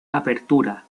apertura